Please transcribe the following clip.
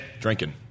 Drinking